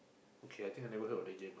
okay I think I never heard of that game ah